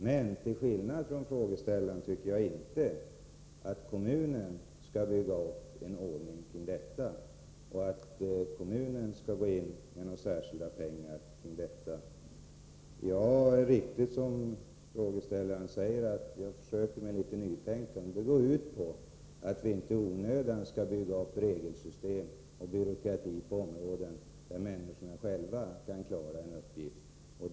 Men till skillnad från frågeställaren tycker jag inte att kommunen skall bygga upp en ordning för detta eller gå in med särskilda pengar för ändamålet. Det är riktigt som frågeställaren säger, att jag har försökt med litet nytänkande. Men det går ut på att vi inte i onödan skall bygga upp regelsystem och byråkrati på sådana områden där människorna själva kan klara uppgifterna.